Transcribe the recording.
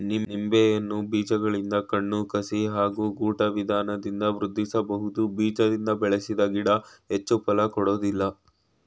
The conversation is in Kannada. ನಿಂಬೆಯನ್ನು ಬೀಜಗಳಿಂದ ಕಣ್ಣು ಕಸಿ ಹಾಗೂ ಗೂಟ ವಿಧಾನದಿಂದ ವೃದ್ಧಿಸಬಹುದು ಬೀಜದಿಂದ ಬೆಳೆಸಿದ ಗಿಡ ಹೆಚ್ಚು ಫಲ ಕೊಡೋದಿಲ್ಲ